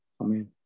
Amen